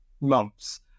months